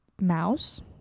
mouse